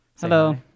Hello